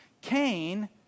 Cain